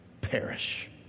perish